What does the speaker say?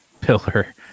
pillar